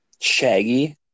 shaggy